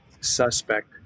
suspect